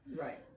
Right